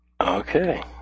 Okay